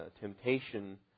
temptation